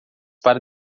para